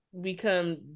become